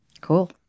Cool